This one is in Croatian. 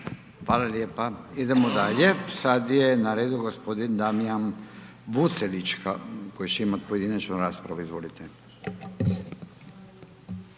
Hvala lijepa. Idemo dalje. Sad je na redu gospodin Damjan Vucelić, koji će imati pojedinačnu raspravu. Izvolite.